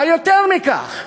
אבל יותר מכך,